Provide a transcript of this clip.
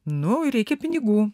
nu reikia pinigų